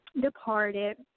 departed